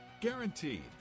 Guaranteed